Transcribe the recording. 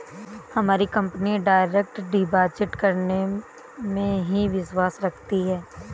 हमारी company direct deposit करने में ही विश्वास रखती है